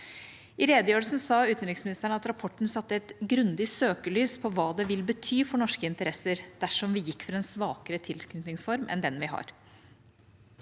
I redegjørelsen sa utenriksministeren at rapporten satte et grundig søkelys på hva det vil bety for norske interesser dersom vi gikk for en svakere tilknytningsform enn den vi har.